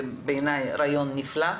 בעיני רעיון נפלא,